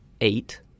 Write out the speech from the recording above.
eight